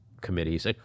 committees